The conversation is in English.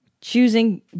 Choosing